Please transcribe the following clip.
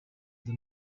neza